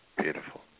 Beautiful